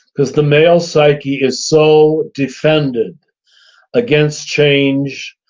because the male psyche is so defended against change,